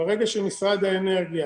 ברגע שמשרד האנרגיה